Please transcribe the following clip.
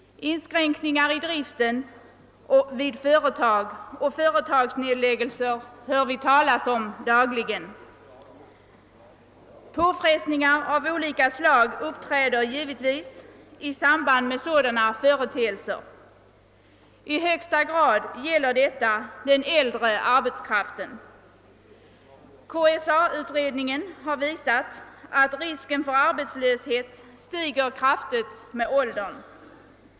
Inskränkningar i driften vid företag och företagsnedläggelser hör vi talas om dagligen. Påfrestningar av olika slag uppträder givetvis i samband med sådana företeelser. I högsta grad gäller detta den äldre arbetskraften. KSA-utredningen har visat att risken för arbetslöshet kraftigt ökar med åldern.